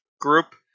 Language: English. group